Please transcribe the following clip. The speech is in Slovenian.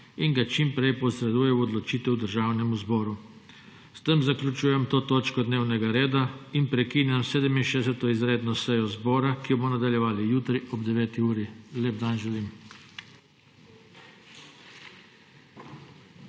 in ga čim prej posreduje v odločitev Državnemu zboru. S tem zaključujem to točko dnevnega reda. Prekinjam 67. izredno sejo zbora, ki jo bomo nadaljevali jutri ob 9. uri. Lep dan želim!